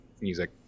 music